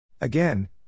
Again